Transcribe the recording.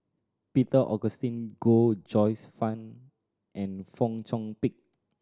Peter Augustine Goh Joyce Fan and Fong Chong Pik